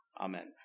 Amen